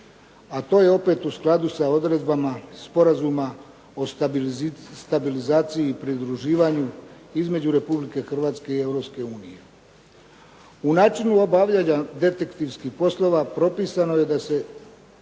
a to je opet u skladu sa odredbama Sporazuma o stabilizaciji i pridruživanju između Republike Hrvatske i Europske unije. U načinu obavljanja detektivskih poslova propisano je da se